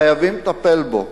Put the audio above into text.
וחייבים לטפל בו.